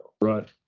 right